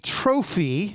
trophy